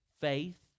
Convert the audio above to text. faith